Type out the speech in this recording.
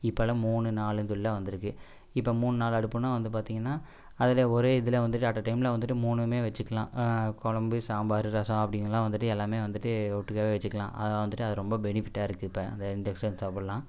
இப்போல்லாம் மூணு நாலு வந்துருக்குது இப்போ மூணு நாலு அடுப்புனா வந்து பார்த்தீங்கனா அதில் ஒரே இதில் வந்துட்டு அட்டடைமில் வந்துட்டு மூணுமே வச்சுக்கலாம் குழம்பு சாம்பாரு ரசம் அப்படிங்கெல்லாம் வந்துட்டு எல்லாமே வந்துட்டு ஒட்டுக்கவே வச்சுக்கலாம் அதை வந்துட்டு அது ரொம்ப பெனிஃபிட்டாக இருக்குது இப்போ அந்த இன்டெக்ஷன் ஸ்டவ்வெல்லாம்